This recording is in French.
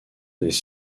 des